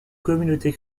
communautés